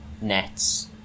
Nets